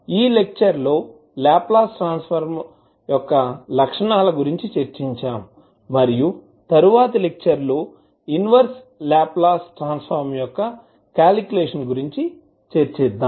ఈ లెక్చర్ లో Laplace transform యొక్క లక్షణాల గురించి చర్చించాము మరియు తరువాతి లెక్చర్ లో ఇన్వెర్స్ లాప్లాస్ ట్రాన్సఫార్మ్ యొక్క క్యాలికులేషన్ గురించి చర్చిద్దాం